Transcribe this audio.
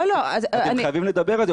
לא, לא, אז אני --- אתם חייבים לדבר על זה.